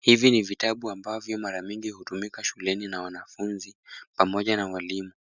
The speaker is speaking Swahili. Hivi ni vitabu ambavyo mara mingi hutumika shuleni na wanafunzi pamoja na walimu.